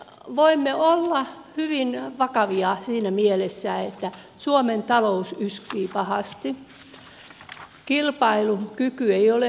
voimme olla hyvin vakavia siinä mielessä että suomen talous yskii pahasti kilpailukyky ei ole hyvä